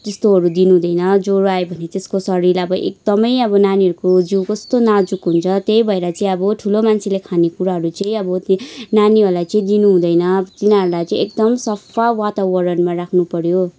त्यस्तोहरू दिनु हुँदैन ज्वरो आयो भने त्यसको शरीर अब एकदमै अब नानीहरूको जिउ कस्तो नाजुक हुन्छ त्यही भएर चाहिँ अब ठुलो मान्छेले खानेकुराहरू चाहिँ अब नानीहरूलाई चाहिँ दिनु हुँदैन तिनीहरूलाई चाहिँ एकदम सफा वातावरणमा राख्नु पऱ्यो